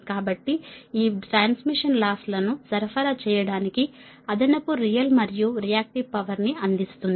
కాబట్టి ఈ bus transmission loss లను సరఫరా చేయడానికి అదనపు రియల్ మరియు రియాక్టివ్ పవర్ ని అందిస్తుంది